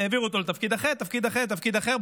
העבירו אותו לתפקיד אחר, תפקיד אחר, תפקיד אחר.